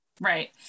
Right